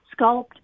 sculpt